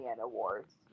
Awards